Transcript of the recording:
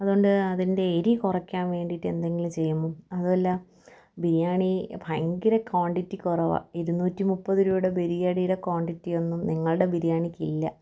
അതുകൊണ്ട് അതിൻ്റെ എരി കുറയ്ക്കാൻ വേണ്ടിയിട്ട് എന്തെങ്കിലും ചെയ്യുമോ അതുമല്ല ബിരിയാണി ഭയങ്കര ക്വാണ്ടിറ്റി കുറവാണ് ഇരുനൂറ്റി മുപ്പതു രൂപയുടെ ബിരിയാണിയുടെ ക്വാണ്ടിറ്റിയൊന്നും നിങ്ങളുടെ ബിരിയാണിക്കില്ല